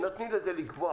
הם נותנים לזה לגווע,